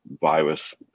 virus